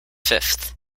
fifth